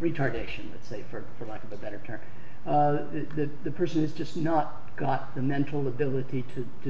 retardation safer for lack of a better term that the person is just not got the mental ability to to